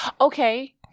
okay